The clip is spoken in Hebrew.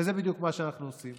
וזה בדיוק מה שאנחנו עושים.